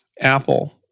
Apple